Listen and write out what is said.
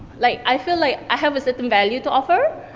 like i feel like i have a certain value to offer,